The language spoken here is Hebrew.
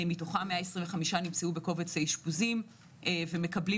מתוכם 125 נמצאו בקובץ האשפוזים ומקבלים